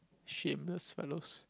shit whose are those